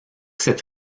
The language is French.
cette